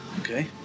Okay